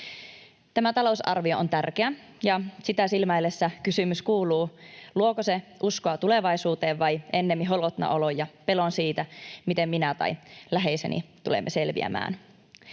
Tämä talousarvio on tärkeä, ja sitä silmäillessä kysymys kuuluu, luoko se uskoa tulevaisuuteen vai ennemmin holotnan olon ja pelon siitä, miten minä tai läheiseni tulemme selviämään.